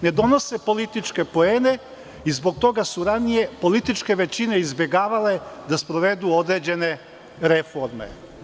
Ne donose političke poene i zbog toga su ranije političke većine izbegavale da sprovedu određene reforme.